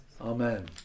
amen